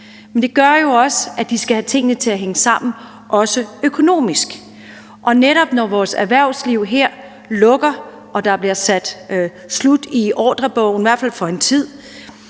Men det gør jo også, at de også skal have tingene til at hænge sammen økonomisk. Og netop når vores erhvervsliv lukker og der bliver sat et stop i ordrebogen, i hvert fald for en tid,